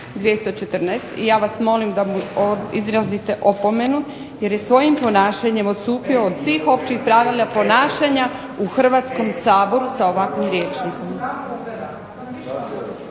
214. i ja vas molim da mu izrazite opomenu jer je svojim ponašanjem odstupio od svih općih pravila ponašanja u Hrvatskom saboru sa ovakvim rječnikom.